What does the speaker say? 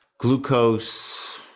Glucose